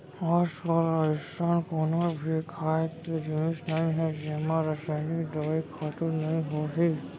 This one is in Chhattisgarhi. आजकाल अइसन कोनो भी खाए के जिनिस नइ हे जेमा रसइनिक दवई, खातू नइ होही